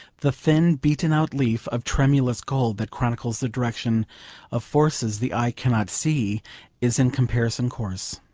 the thin beaten-out leaf of tremulous gold that chronicles the direction of forces the eye cannot see is in comparison coarse.